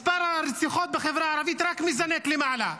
מספר הרציחות בחברה הערבית רק מזנק למעלה.